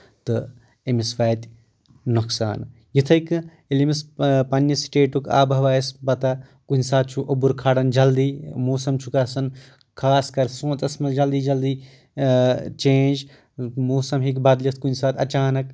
تہٕ أمِس واتہِ نۄقصان یِتھے کٔنۍ ییٚلہِ أمِس پننہِ سٹیٹُک آب و ہوا آسہِ پتہ کُنہِ ساتہٕ چھُ اوٚبُر کھران جلدی موسم چھُ گژھان خاص کر سونٛتس منٛز جلدٕے جلدٕے چینج موسم ہٮ۪کہِ بدلِتھ کُنہِ ساتہٕ اچانک